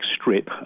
strip